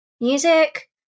music